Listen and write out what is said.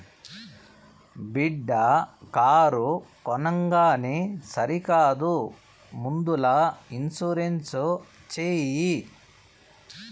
బిడ్డా కారు కొనంగానే సరికాదు ముందల ఇన్సూరెన్స్ చేయి